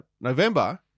November